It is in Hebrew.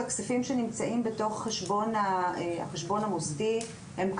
הכספים שנמצאים בתוך החשבון המוסדי הם,